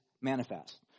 manifest